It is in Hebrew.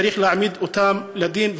צריך להעמיד אותם לדין,